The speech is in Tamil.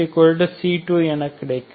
xC2 என கிடைக்கும்